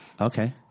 okay